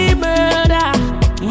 murder